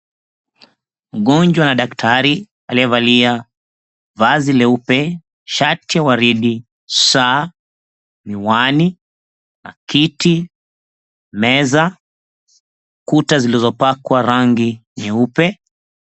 Mgonjwa na Daktar aliyevalia vazi leupe, shati ya waridi, saa, miwani na kiti, meza, kuta zilizopakwa rangi nyeupe.